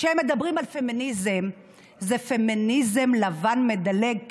כשהם מדברים על פמיניזם זה פמיניזם לבן מדלג,